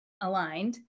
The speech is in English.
aligned